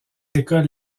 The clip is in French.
écoles